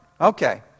okay